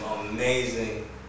amazing